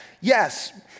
Yes